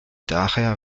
daher